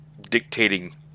dictating